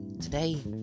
today